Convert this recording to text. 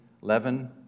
leaven